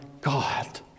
God